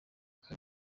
kabiri